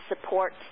support